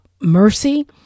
mercy